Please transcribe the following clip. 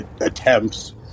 attempts